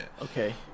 Okay